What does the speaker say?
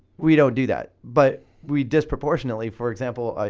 we don't do that, but we disproportionately, for example,